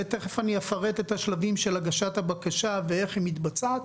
שליטה ותכף אני אפרט את השלבים של הגשת הבקשה ואיך היא מתבצעת.